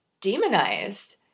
demonized